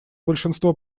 большинство